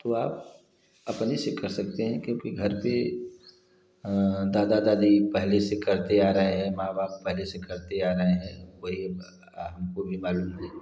तो आप अपने से कर सकते हैं क्योंकि घर पर दादा दादी पहले से करते आ रहे हैं माँ बाप पहले से करते आ रहे हैं वही हमको भी मालूम है